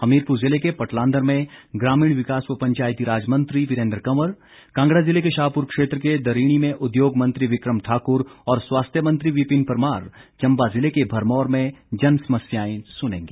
हमीरपुर जिले के पटलांदर में ग्रामीण विकास व पंचायती राज मंत्री वीरेंद्र कंवर कांगड़ा जिले के शाहपुर क्षेत्र के दरीणी में उद्योग मंत्री बिक्रम ठाकुर और स्वास्थ्य मंत्री विपिन परमार चम्बा जिले के भरमौर में जनसमस्याएं सुनेंगे